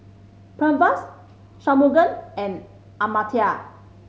Pranavs Shunmugam and Amartya